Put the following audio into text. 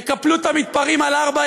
יקפלו את המתפרעים על ארבע,